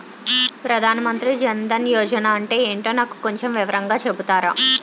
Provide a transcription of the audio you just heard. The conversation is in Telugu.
ప్రధాన్ మంత్రి జన్ దన్ యోజన అంటే ఏంటో నాకు కొంచెం వివరంగా చెపుతారా?